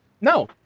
No